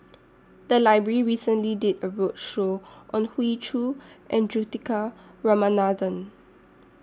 The Library recently did A roadshow on Hoey Choo and Juthika Ramanathan